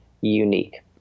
unique